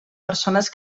persones